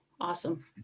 awesome